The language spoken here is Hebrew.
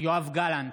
יואב גלנט,